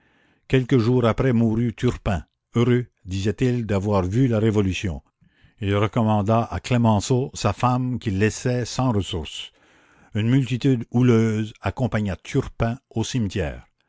quelques jours après mourut turpin heureux disait-il d'avoir vu la révolution il recommanda à clemenceau sa femme qu'il laissait sans ressources une multitude houleuse accompagna turpin au cimetière